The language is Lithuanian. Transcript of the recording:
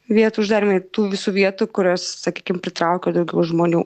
vietų uždarymai tų visų vietų kurios sakykim pritraukia daugiau žmonių